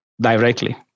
directly